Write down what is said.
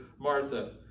Martha